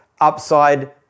upside